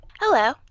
Hello